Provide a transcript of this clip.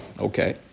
Okay